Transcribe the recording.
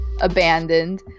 abandoned